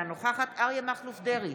אינה נוכחת אריה מכלוף דרעי,